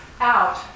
out